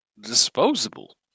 disposable